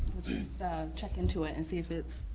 check into it and see if it's.